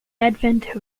advent